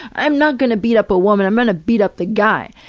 i'm not gonna beat up a woman, i'm gonna beat up the guy.